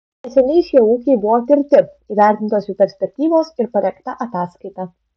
neseniai šie ūkiai buvo tirti įvertintos jų perspektyvos ir parengta ataskaita